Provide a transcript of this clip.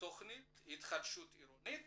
תכנית התחדשות עירונית